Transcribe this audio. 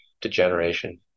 degeneration